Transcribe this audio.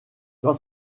dans